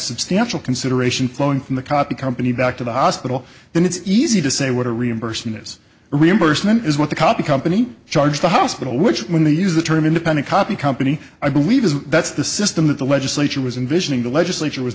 substantial consideration flowing from the copy company back to the hospital then it's easy to say what a reimbursement is reimbursement is what the copy company charge the hospital which when they use the term independent copy company i believe is that's the system that the legislature was in visioning the legislature was